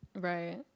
right